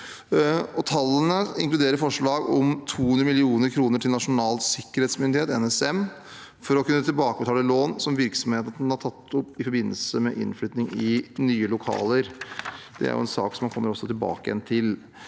Tallene inkluderer forslag om 200 mill. kr til Nasjonal sikkerhetsmyndighet, NSM, for å kunne tilbakebetale lån virksomheten har tatt opp i forbindelse med innflytting i nye lokaler. Det er en sak man kommer tilbake igjen til.